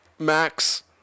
Max